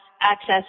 access